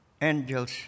Angel's